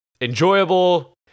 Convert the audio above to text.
enjoyable